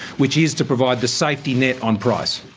which is to provide the safety net on price.